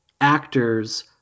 actors